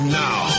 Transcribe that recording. now